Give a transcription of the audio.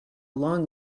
long